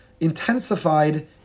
intensified